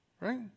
right